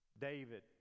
david